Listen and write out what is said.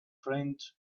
friends